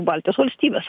baltijos valstybės